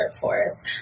Taurus